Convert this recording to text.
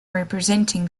representing